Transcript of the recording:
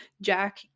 Jack